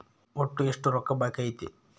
ಒಟ್ಟು ಎಷ್ಟು ರೊಕ್ಕ ಬಾಕಿ ಐತಿ?